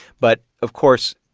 but of course,